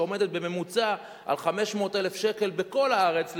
שעומדת בממוצע על 500,000 שקל בכל הארץ,